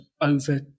over